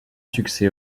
succès